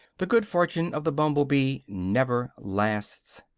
the good-fortune of the humble-bee never lasts.